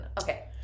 Okay